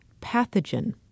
pathogen